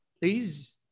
please